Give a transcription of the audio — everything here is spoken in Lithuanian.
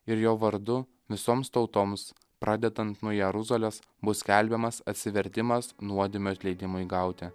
ir jo vardu visoms tautoms pradedant nuo jeruzalės bus skelbiamas atsivertimas nuodėmių atleidimui gauti